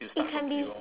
it can be